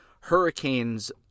hurricanes